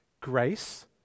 Grace